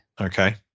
Okay